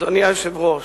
אדוני היושב-ראש,